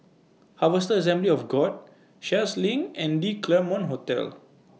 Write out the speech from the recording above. Harvester Assembly of God Sheares LINK and The Claremont Hotel